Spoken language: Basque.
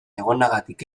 egonagatik